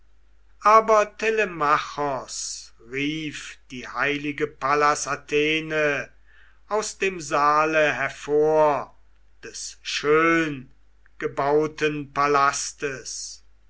aber telemachos rief die heilige pallas athene aus dem saale hervor des schöngebauten palastes